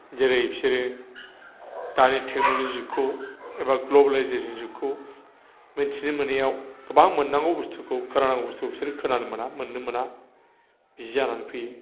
जेरै बिसोरो दानि टेक्न'ल'जिनि जुगखौ एबा ग्ल'बेलाइजेसन जुगखौ मोन्थिनो मोनैयाव गोबां मोननांगौ बुस्तुखौ खोनानांगौ बुस्तुखौ बिसोरो खोनानो मोना मोननो मोना बिदि जानानै फैयो